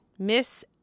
Miss